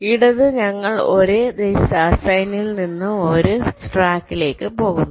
ഇടത് ഞങ്ങൾ ഒരു അസൈനിൽ നിന്ന് ഒരേ ട്രാക്കിലേക്ക് പോകുന്നു